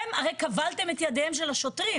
אתם הרי כבלתם את ידיהם של השוטרים.